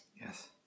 Yes